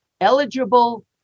Eligible